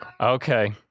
okay